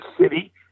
City